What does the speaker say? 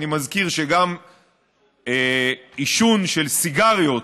אני מזכיר שגם עישון של סיגריות